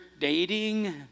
dating